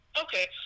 okay